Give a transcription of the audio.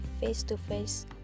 face-to-face